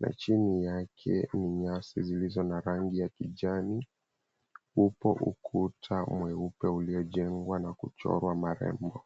na chini yake ni nyasi zilizo na rangi ya kijani. Upo ukuta mweupe uliojengwa na kuchorwa marembo.